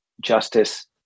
Justice